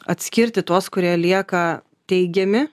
atskirti tuos kurie lieka teigiami